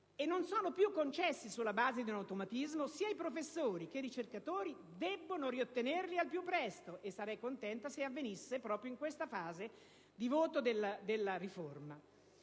e non sono concessi più su una base di automatismo, sia i professori che i ricercatori debbono riottenerli al più presto (sarei contenta se avvenisse proprio nella fase in cui si discute la riforma),